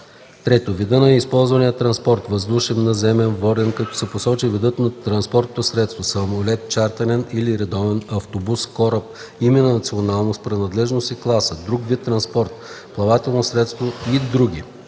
3. вида на използвания транспорт - въздушен, наземен, воден, като се посочи видът на транспортното средство - самолет – чартърен или редовен, автобус, кораб – име, националност, принадлежност и класа, друг вид транспорт, плавателно средство и други;